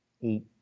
eat